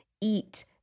eat